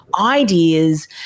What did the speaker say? ideas